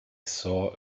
saw